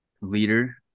leader